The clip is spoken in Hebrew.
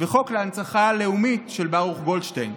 וחוק להנצחה הלאומית של ברוך גולדשטיין.